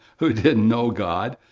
who didn't know god,